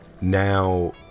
now